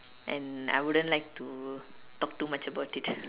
and I wouldn't like to talk too much about it